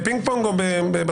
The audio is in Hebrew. בפינג פונג או בסוף?